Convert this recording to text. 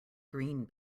green